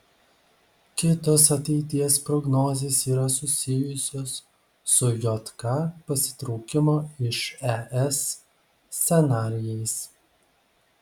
kitos ateities prognozės yra susijusios su jk pasitraukimo iš es scenarijais